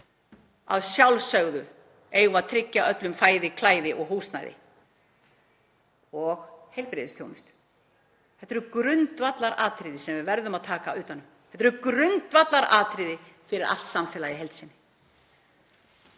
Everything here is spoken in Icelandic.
Að sjálfsögðu eigum við að tryggja öllum fæði, klæði, húsnæði og heilbrigðisþjónustu. Þetta eru grundvallaratriði sem við verðum að taka utan um. Þetta eru grundvallaratriði fyrir allt samfélagið í heild sinni.